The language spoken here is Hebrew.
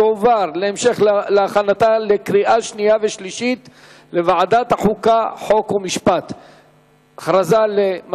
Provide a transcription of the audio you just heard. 2010, לוועדת החוקה, חוק ומשפט נתקבלה.